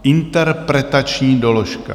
Interpretační doložka.